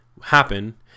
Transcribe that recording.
happen